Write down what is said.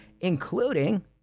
including